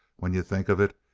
when you think of it,